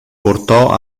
portò